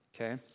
Okay